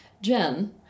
Jen